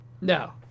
No